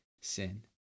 sin